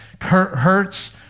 hurts